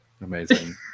amazing